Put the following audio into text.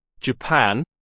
Japan